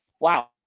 wow